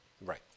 Right